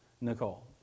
Nicole